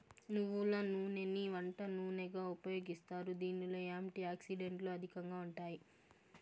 నువ్వుల నూనెని వంట నూనెగా ఉపయోగిస్తారు, దీనిలో యాంటీ ఆక్సిడెంట్లు అధికంగా ఉంటాయి